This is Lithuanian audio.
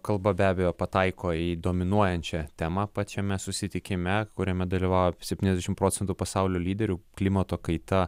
kalba be abejo pataiko į dominuojančią temą pačiame susitikime kuriame dalyvavo septyniasdešim procentų pasaulio lyderių klimato kaita